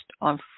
on